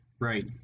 Right